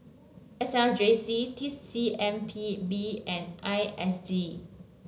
S R J C T C M P B and I S D